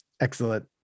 Excellent